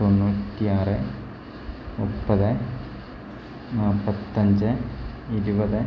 തൊണ്ണൂറ്റി ആറ് മുപ്പത് നാൽപ്പത്തി അഞ്ച് ഇരുപത്